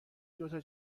دوتا